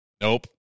Nope